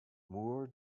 moore